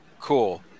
Cool